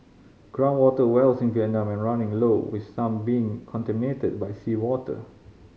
ground water wells in Vietnam are running low with some being contaminated by seawater